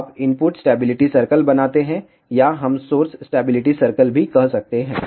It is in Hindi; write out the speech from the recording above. आप इनपुट स्टैबिलिटी सर्कल बनाते हैं या हम सोर्स स्टैबिलिटी सर्कल भी कह सकते हैं